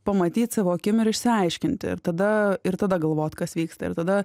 pamatyt savo akim ir išsiaiškinti ir tada ir tada galvot kas vyksta ir tada